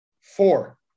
Four